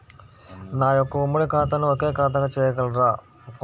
నా యొక్క ఉమ్మడి ఖాతాను ఒకే ఖాతాగా చేయగలరా?